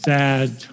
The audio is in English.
sad